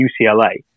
UCLA